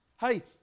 hey